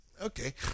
okay